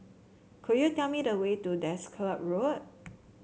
could you tell me the way to Desker Road